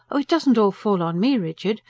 it doesn't all fall on me, richard.